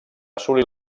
assolir